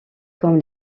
comme